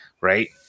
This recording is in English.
right